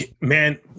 man